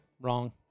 Wrong